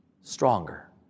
stronger